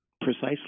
Precisely